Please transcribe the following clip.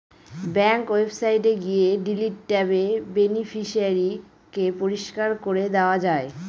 bank ওয়েবসাইটে গিয়ে delete ট্যাবে বেনিফিশিয়ারি কে পরিষ্কার করে দেওয়া যায়